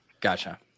Gotcha